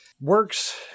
works